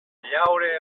llaure